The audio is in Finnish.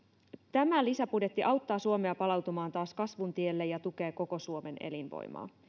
tämä lisäbudjetti auttaa suomea palautumaan taas kasvun tielle ja tukee koko suomen elinvoimaa